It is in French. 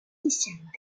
initialement